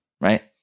right